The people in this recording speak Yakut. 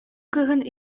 кыыһын